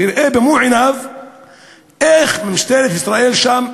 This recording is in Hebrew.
ויראה במו-עיניו איך משטרת ישראל שם,